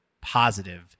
positive